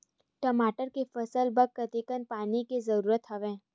टमाटर के फसल बर कतेकन पानी के जरूरत हवय?